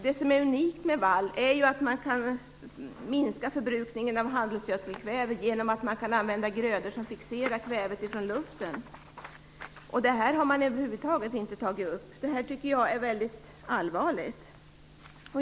Det unika med vall är att man kan minska förbrukningen av handelsgödselkväve genom att använda grödor som fixerar kvävet från luften. Detta har över huvud taget inte tagits upp, och det tycker jag är väldigt allvarligt.